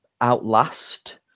outlast